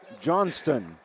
Johnston